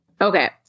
Okay